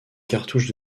cartouche